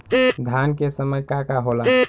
धान के समय का का होला?